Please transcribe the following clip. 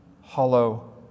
hollow